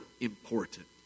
important